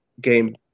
game